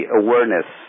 awareness